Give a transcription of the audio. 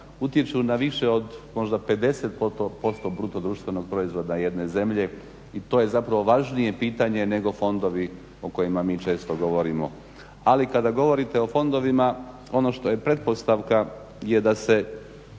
utječu na više od možda 50% BDP-a jedne zemlje. I to je zapravo važnije pitanje nego fondovi o kojima mi često govorimo. Ali kada govorite o fondovima ono što je pretpostavka je da se